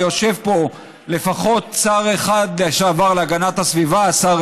ויושב פה לפחות שר אחד להגנת הסביבה לשעבר,